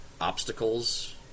obstacles